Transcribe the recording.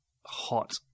hot